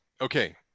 Okay